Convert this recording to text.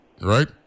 right